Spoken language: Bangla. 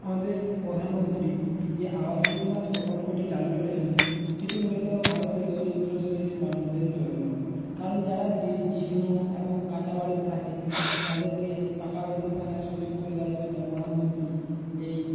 আমাদের প্রধানমন্ত্রী যে আবাস যোজনা প্রকল্পটি চালু করেছেন সেটি মূলত ভারতের দরিদ্র শ্রেণির মানুষদের জন্য কারণ যারা জীর্ণ এবং কাঁচা বাড়িতে থাকে তাদেরকে পাকা বাড়িতে থাকার সুযোগ করে দেওয়ার জন্য প্রধানমন্ত্রী এই